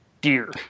deer